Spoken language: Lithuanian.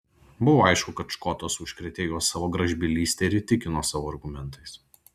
buvo aišku kad škotas užkrėtė juos savo gražbylyste ir įtikino savo argumentais